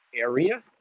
area